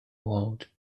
world